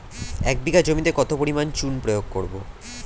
এক বিঘা জমিতে কত পরিমাণ চুন প্রয়োগ করব?